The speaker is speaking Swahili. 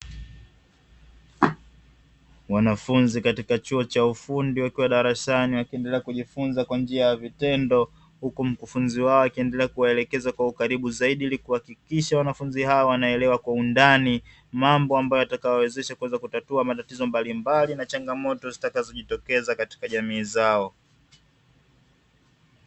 Wanafunzi katika chuo cha ufundi wakiwa darasani, wakiendelea kujifunza kwa njia ya vitendo, huku mkufunzi wake akiendelea kuwaelekeza kwa ukaribu zaidi ili kuhakikisha wanafunzi hawa wanaelewa kwa undani mambo ambayo yatakayowezesha kuweza kutatua matatizo mbalimbali, na changamoto zitakazojitokeza katika jamii zao.